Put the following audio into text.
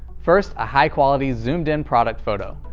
first, a high-quality, zoomed in product photo.